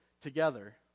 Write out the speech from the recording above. together